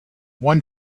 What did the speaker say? one